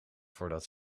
voor